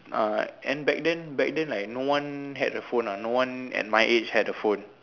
uh and back then back then like no one had a phone ah no one at my age had a phone